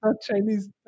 Chinese